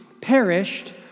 perished